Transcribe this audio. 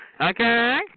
Okay